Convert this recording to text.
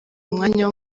umwanya